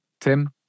Tim